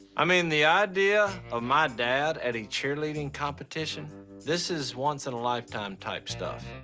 i mean, the idea of my dad at a cheerleading competition this is once-in-a-lifetime-type stuff.